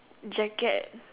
jacket